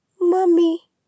Mummy